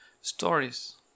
stories